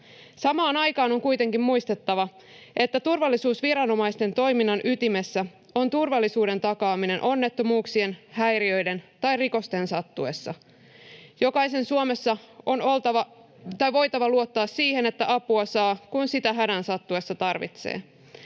Samaan aikaan on kuitenkin muistettava, että turvallisuusviranomaisten toiminnan ytimessä on turvallisuuden takaaminen onnettomuuksien, häiriöiden tai rikosten sattuessa. Jokaisen Suomessa on voitava luottaa siihen, että apua saa, kun sitä hädän sattuessa tarvitsee.